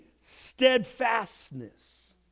steadfastness